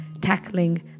tackling